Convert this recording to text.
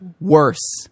Worse